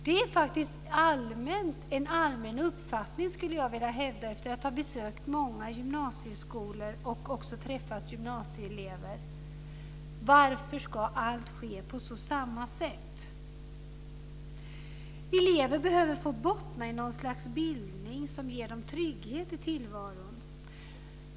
Det är faktiskt en allmän uppfattning skulle jag vilja hävda efter att ha besökt många gymnasieskolor och även träffat gymnasieelever. Varför ska allt ske på precis samma sätt? Elever behöver få bottna i någon slags bildning som ger dem trygghet i tillvaron.